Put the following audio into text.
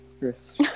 yes